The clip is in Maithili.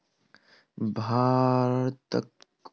भारतक गुजरात राज्य में गिर गाय पाओल जाइत अछि